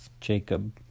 Jacob